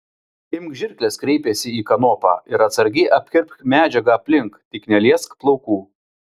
imk žirkles kreipėsi į kanopą ir atsargiai apkirpk medžiagą aplink tik neliesk plaukų